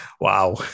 Wow